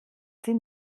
sie